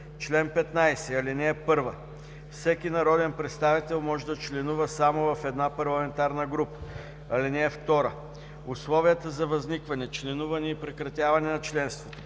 „Чл. 15. (1) Всеки народен представител може да членува само в една парламентарна група. (2) Условията за възникване, членуване и прекратяване на членството,